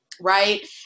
Right